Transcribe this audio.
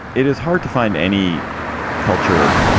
it is hard to find any culture